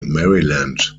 maryland